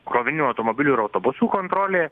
krovininių automobilių ir autobusų kontrolė